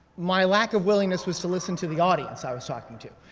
my lack of willingness was to listen to the audience i was talking to,